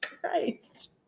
Christ